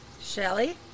Shelly